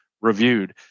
reviewed